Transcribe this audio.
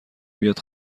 بیاد